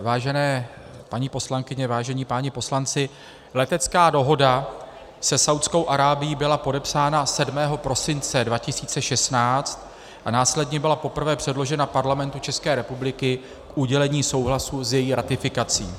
Vážené paní poslankyně, vážení páni poslanci, letecká dohoda se Saúdskou Arábií byla podepsána 7. prosince 2016 a následně byla poprvé předložena Parlamentu České republiky k udělení souhlasu s její ratifikací.